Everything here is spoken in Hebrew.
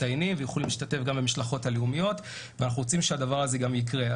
הם יכולים להשתתף גם במשלחות הלאומיות ואנחנו רוצים שהדבר הזה גם יקרה.